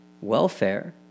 welfare